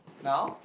now